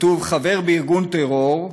כתוב "חבר בארגון טרור",